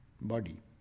body